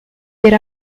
per